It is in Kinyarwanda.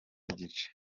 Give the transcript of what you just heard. n’igice